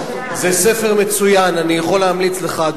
וזה ספר ציוני מאין כמוהו.